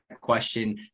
question